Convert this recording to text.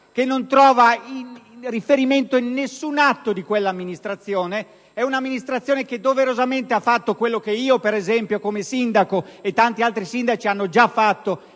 che non trova riferimento in nessun atto di quella amministrazione. Stiamo parlando di un'amministrazione che doverosamente ha fatto quello che io, per esempio, come sindaco, e tanti altri sindaci abbiamo già fatto